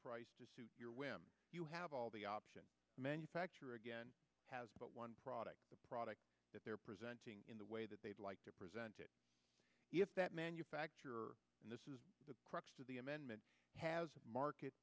price to your whim you have all the option to manufacture again has but one product the product that they're presenting in the way that they'd like to present it if that manufacture and this is the crux of the amendment has market